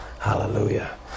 Hallelujah